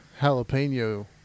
jalapeno